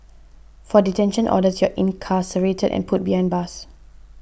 for detention orders you're incarcerated and put behind bars